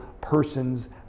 person's